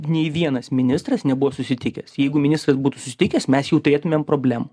nei vienas ministras nebuvo susitikęs jeigu ministras būtų susitikęs mes jau turėtumėm problemų